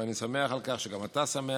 ואני שמח על כך שגם אתה שמח,